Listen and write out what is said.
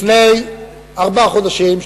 לפני ארבעה חודשים,